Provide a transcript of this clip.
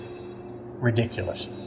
ridiculous